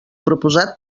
proposat